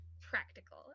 Practical